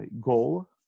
goal